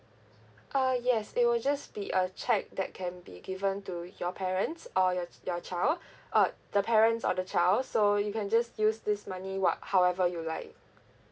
uh yes it will just be a cheque that can be given to your parents or your ch~ your child uh the parents or the child so you can just use this money what~ however you like